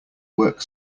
work